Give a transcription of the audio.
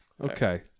Okay